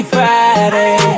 Friday